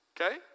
Okay